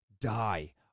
die